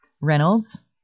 Reynolds